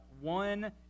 one